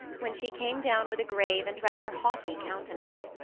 when she came down with a grave and rather haughty countenance.